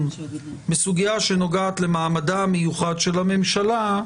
בסוגיה שנוגעת למעמדה המיוחד של הממשלה,